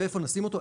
ואיפה נשים אותו?